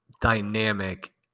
dynamic